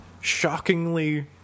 Shockingly